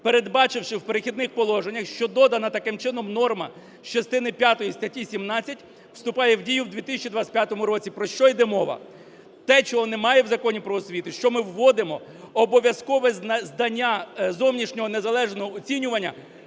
передбачивши в "Перехідних положеннях", що додана таким чином норма з частини п'ятої статті 17 вступає в дію в 2025 році. Про що йде мова. Те чого немає в Законі "Про освіту", що ми вводимо обов'язкове здання зовнішнього незалежного оцінювання